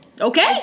Okay